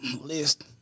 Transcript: list